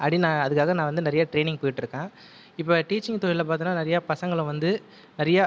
அப்படி அதுக்காக நான் வந்து நிறைய ட்ரைனிங் போயிட்டு இருக்கேன் இப்போ டீச்சிங் தொழில் பார்த்தீங்கன்னா நிறைய பசங்களை வந்து நிறைய